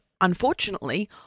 unfortunately